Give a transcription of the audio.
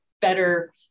better